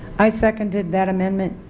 i seconded that amendment.